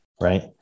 Right